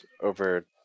over